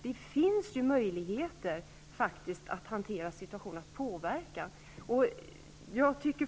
Det finns ju faktiskt möjligheter att hantera situationen, att påverka utvecklingen.